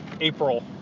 April